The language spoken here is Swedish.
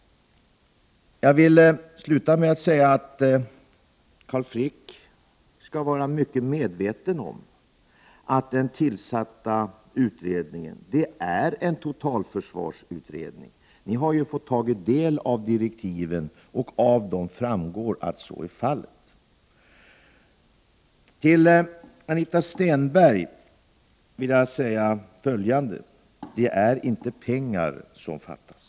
Jag vill avsluta med att säga att Carl Frick skall vara mycket medveten om att den tillsatta utredningen är en totalförvarsutredning. Ni har fått ta del av direktiven, och av dem framgår att så är fallet. Till Anita Stenberg vill jag säga följande: Det är inte pengar som fattas.